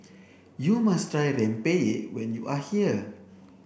you must try Rempeyek when you are here